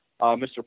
Mr